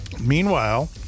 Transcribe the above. Meanwhile